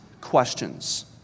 questions